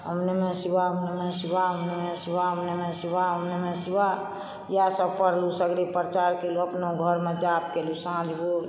ॐ नमः शिवाय ॐ नमः शिवाय ॐ नमः शिवाय ॐ नमः शिवाय ॐ नमः शिवाय इएहसभ पढ़लू सगरे प्रचार केलूँ अपनो घरमे जाप केलूँ साँझ भोर